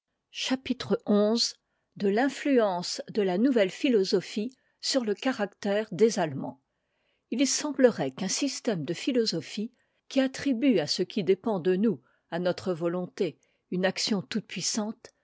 chapitre xi de l'influence de la nouvelle philosophie sk ie caractère des emakek i semblerait qu'un système de philosophie qui attribue à ce qui dépend de nous à notre volonté une action